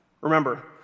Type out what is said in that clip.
Remember